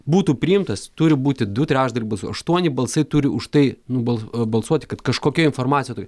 būtų priimtas turi būti du trečdaliai balsų aštuoni balsai turi už tai nubal balsuoti kad kažkokia informacija turi